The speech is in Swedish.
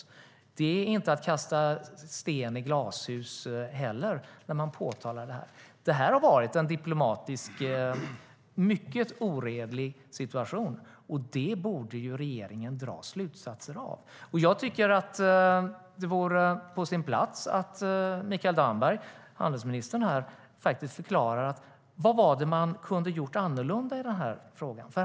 Att påtala detta är inte heller att kasta sten i glashus. Det här har varit en diplomatiskt sett mycket oredlig situation, och det borde regeringen dra slutsatser av. Jag tycker att det vore på sin plats att handelsminister Mikael Damberg faktiskt förklarar vad man kunde ha gjort annorlunda i den här frågan.